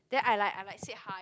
then I like I like said hi